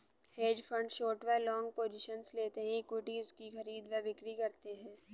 hedge fund short व long positions लेते हैं, इक्विटीज की खरीद व बिक्री करते हैं